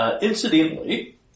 Incidentally